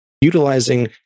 utilizing